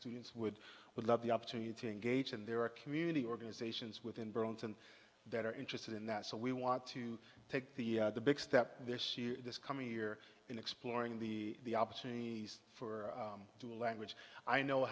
students would would love the opportunity to engage in their community organizations within burlington that are interested in that so we want to take the big step there see this coming year in exploring the opportunities for dual language i know